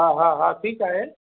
हा हा हा ठीकु आहे